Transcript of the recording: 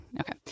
Okay